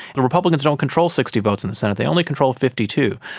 the republicans don't control sixty votes in the senate, they only control fifty two.